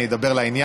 אני אדבר לעניין,